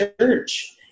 church